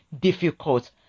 difficult